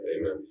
Amen